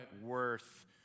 worth